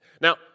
Now